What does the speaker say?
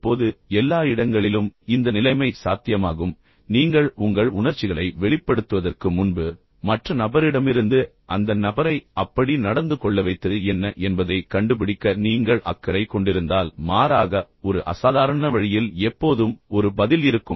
இப்போது எல்லா இடங்களிலும் இந்த நிலைமை சாத்தியமாகும் நீங்கள் உங்கள் உணர்ச்சிகளை வெளிப்படுத்துவதற்கு முன்பு மற்ற நபரிடமிருந்து அந்த நபரை அப்படி நடந்து கொள்ள வைத்தது என்ன என்பதைக் கண்டுபிடிக்க நீங்கள் அக்கறை கொண்டிருந்தால் மாறாக ஒரு அசாதாரண வழியில் எப்போதும் ஒரு பதில் இருக்கும்